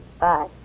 bye